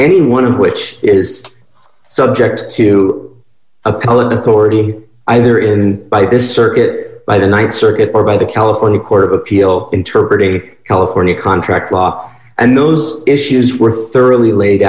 any one of which is subject to a political already either in by this circuit by the th circuit or by the california court of appeal interpretated california contract law and those issues were thoroughly laid